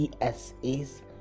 ESA's